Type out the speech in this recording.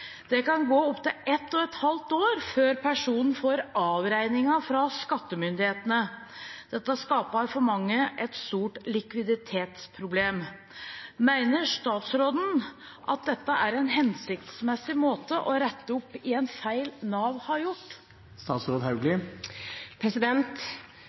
Det kan gå opptil ett og et halvt år før personen får avregning fra skattemyndighetene. Dette skaper for mange et stort likviditetsproblem. Mener statsråden at dette er en hensiktsmessig måte å rette opp i feil gjort av Nav?»